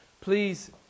please